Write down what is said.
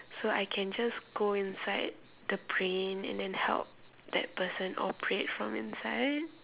so I can just go inside the brain and then help that person operate from inside